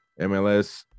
MLS